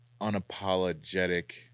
unapologetic